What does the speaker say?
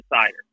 decider